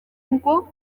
ngo